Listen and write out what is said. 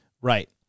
Right